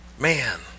Man